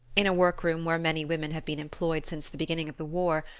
in a work-room where many women have been employed since the beginning of the war,